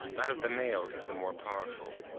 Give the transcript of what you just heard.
that of the male is the more powerful.